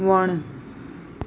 वण